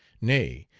nay,